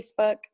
Facebook